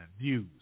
views